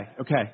okay